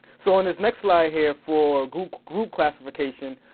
so in this next slide here for group group classification,